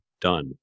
done